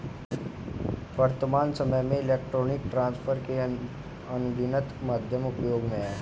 वर्त्तमान सामय में इलेक्ट्रॉनिक ट्रांसफर के अनगिनत माध्यम उपयोग में हैं